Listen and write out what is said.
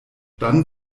dann